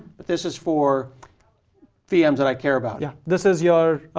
but this is for vms that i care about. yeah. this is your